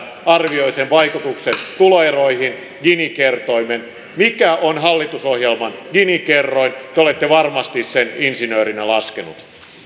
arvioi sen vaikutukset tuloeroihin gini kertoimeen mikä on hallitusohjelman gini kerroin te te olette varmasti sen insinöörinä laskenut